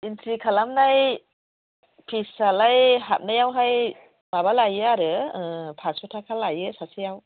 entry खालामनाय फिसआलाय हाबनायावहाय माबा लायो आरो फासस' थाखा लायो सासेयाव